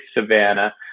Savannah